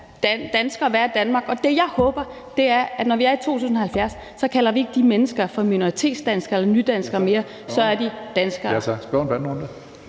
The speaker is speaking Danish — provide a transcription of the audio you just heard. dansker og være i Danmark, og det, jeg håber, er, at når vi er i 2070, kalder vi ikke de mennesker for minoritetsdanskere eller nydanskere mere; så er de danskere.